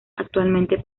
actualmente